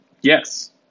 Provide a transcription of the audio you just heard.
Yes